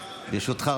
ברשותך,